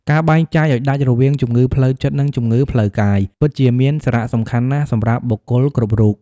ការបែងចែកឱ្យដាច់រវាងជំងឺផ្លូវចិត្ត និងជំងឺផ្លូវកាយ ពិតជាមានសារៈសំខាន់ណាស់សម្រាប់បុគ្គលគ្រប់រួប។